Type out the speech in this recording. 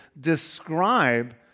describe